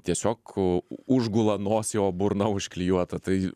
tiesiog užgula nosį o burna užklijuota tai